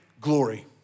glory